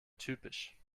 typisch